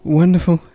wonderful